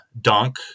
Dunk